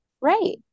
Right